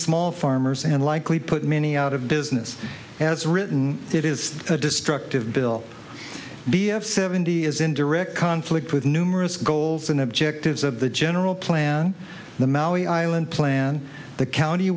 small farmers and likely put many out of business as written it is a destructive bill b of seventy is in direct conflict with numerous goals and objectives of the general plan the maui island plan the county